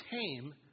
tame